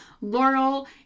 Laurel